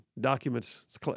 documents